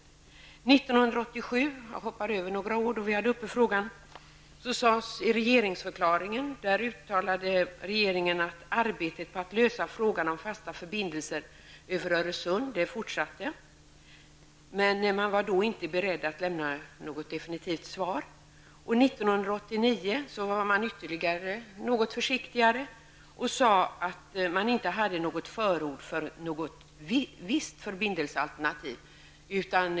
1987, då vi hade frågan upp igen -- jag hoppar över några år -- uttalades i regeringsförklaringen att arbetet på att lösa frågan om fasta förbindelser över Öresund fortsatte, men man var då inte beredd att lämna något definitivt svar. 1989 var man ytterligare något försiktigare och sade att man inte hade något förord för något visst förbindelsealternativ.